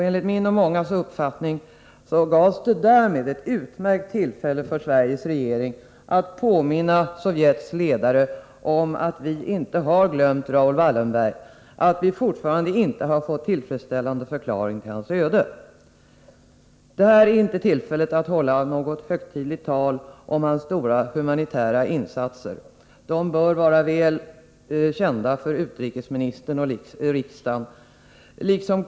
Enligt min och många andras uppfattning erbjöds därmed den svenska regeringen ett utmärkt tillfälle att påminna Sovjets ledare om att vi inte har glömt Raoul Wallenberg och om att vi fortfarande inte fått någon tillfredsställande förklaring när det gäller hans öde. Det är inte rätta tillfället att här hålla ett högtidligt tal om Wallenbergs stora humanitära insatser. De bör vara väl kända såväl för utrikesministern som för riksdagen.